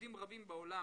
יהודים רבים בעולם